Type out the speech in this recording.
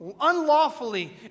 unlawfully